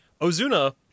Ozuna